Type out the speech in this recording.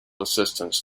assistance